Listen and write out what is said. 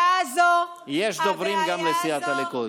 בשם סיעת הליכוד, יש דוברים גם לסיעת הליכוד.